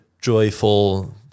joyful